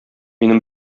минем